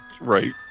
right